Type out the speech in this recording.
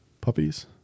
puppies